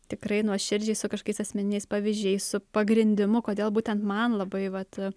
tikrai nuoširdžiai su kažkokiais asmeniniais pavyzdžiais su pagrindimu kodėl būtent man labai vat